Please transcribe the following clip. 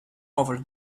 over